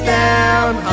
down